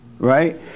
right